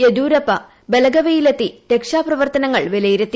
യദ്യൂരപ്പ ബലഗവിയിലെത്തി രക്ഷാപ്രവർത്തനങ്ങൾ വിലയിരുത്തി